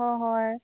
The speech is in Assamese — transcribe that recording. অঁ হয়